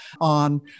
on